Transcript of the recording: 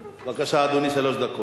בבקשה, אדוני, שלוש דקות.